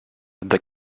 the